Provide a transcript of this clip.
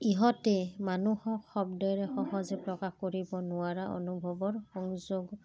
ইহঁতে মানুহক শব্দৰে সহজে প্ৰকাশ কৰিব নোৱাৰা অনুভৱৰ সংযোগ